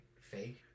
fake